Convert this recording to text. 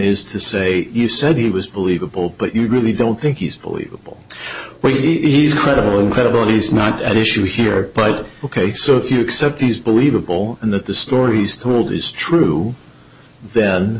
is to say you said he was believable but you really don't think he's fully able where he's credible incredible he's not at issue here ok so if you accept these believable and that the stories told is true then